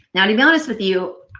yeah to be honest with you,